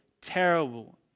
terrible